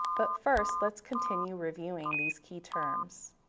but first let's continue reviewing these key terms.